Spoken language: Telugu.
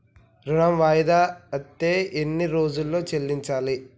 ఋణం వాయిదా అత్తే ఎన్ని రోజుల్లో చెల్లించాలి?